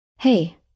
Hey